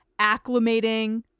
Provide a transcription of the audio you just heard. acclimating